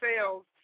sales